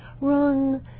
wrong